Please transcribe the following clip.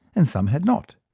and some had not.